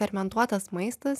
fermentuotas maistas